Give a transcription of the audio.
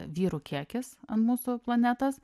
vyrų kiekis ant mūsų planetos